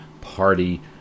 party